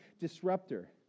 disruptor